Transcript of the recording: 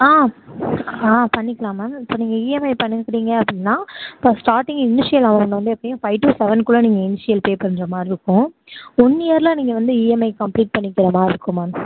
ஆ ஆ பண்ணிக்கலாம் மேம் இப்போ நீங்கள் இஎம்ஐ பண்ணிக்கிறிங்க அப்படின்னா இப்போ ஸ்டார்டிங் இனிஷியல் அமௌண்ட் வந்து எப்படியும் ஃபைவ் டூ செவன்குள்ளே நீங்கள் இனிஷியல் பே பண்ணுற மாரிருக்கும் ஒன் இயரில் நீங்கள் வந்து இஎம்ஐ கம்ப்ளீட் பண்ணிக்கிற மாரிருக்கும் மேம்